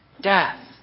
death